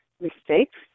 mistakes